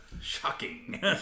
Shocking